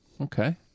Okay